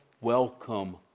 welcome